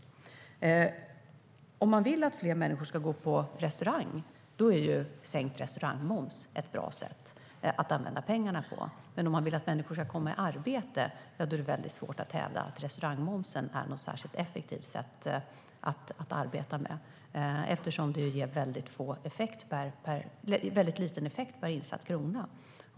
Om man vill att fler människor ska gå på restaurang är sänkt restaurangmoms ett bra sätt att använda pengarna på. Men vill man att människor ska komma i arbete är det svårt att hävda att restaurangmomsen är ett effektivt sätt att arbeta på eftersom det ger väldigt liten effekt per insatt krona.